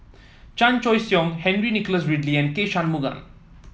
Chan Choy Siong Henry Nicholas Ridley and K Shanmugam